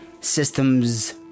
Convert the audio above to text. systems